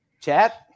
Chat